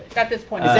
at this point.